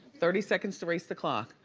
thirty seconds to race the clock.